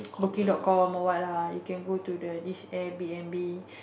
booking dot com or what lah you can go the this Airbnb